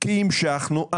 אנחנו,